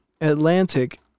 Atlantic